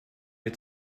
mir